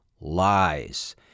lies